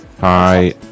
Hi